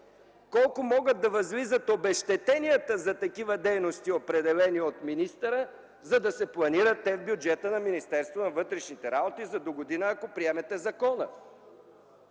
колко могат да възлизат обезщетенията за такива дейности, определени от министъра, за да се планират те в бюджета на Министерството на вътрешните работи за догодина, ако приемете закона.